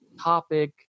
topic